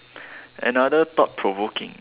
another thought provoking